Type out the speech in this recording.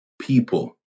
people